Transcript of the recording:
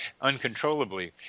uncontrollably